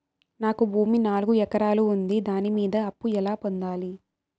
నాకు భూమి నాలుగు ఎకరాలు ఉంది దాని మీద అప్పు ఎలా పొందాలి?